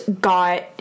got